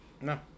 No